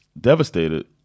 devastated